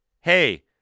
hey